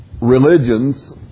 religions